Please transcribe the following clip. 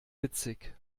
witzig